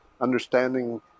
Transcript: understanding